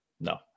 No